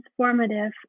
transformative